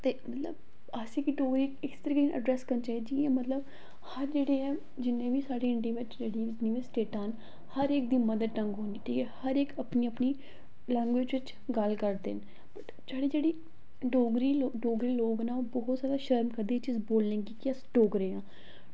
ते मतलब अस डोगरी इस तरीके कन्नै एड्रैस करी सकदे जियां मतलब हर जेह्ड़े ऐ जिन्नियां बी साढ़ी इंडिया बिच्च जिन्नियां बी स्टेटां न हर इक दी मदर टंग होंदी ऐ हर इक अपनी अपनी लैंग्वेज़ च गल्ल करदे न जां जेह्ड़ी डोगरी लोक डोगरी लोक न ओह् बहुत जादा शर्म करदे एह् चीज़ बोलने गी कि अस डोगरे आं